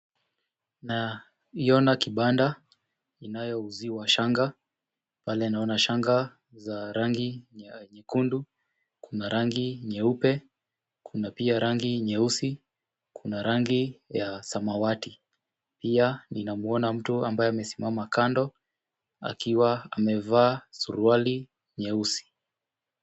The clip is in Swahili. Naiona kibanda inayouziwa shanga, pale naona shanga za rangi ya nyekundu, kuna rangi nyeupe, kuna pia rangi nyeusi, kuna rangi ya samawati. Pia ninamwona mtu ambaye amesimama kando akiwa amevaa suruali nyeusi.